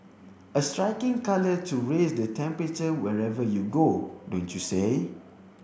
a striking colour to raise the temperature wherever you go don't you say